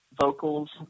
vocals